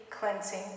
cleansing